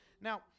now